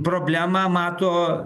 problemą mato